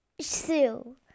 Sue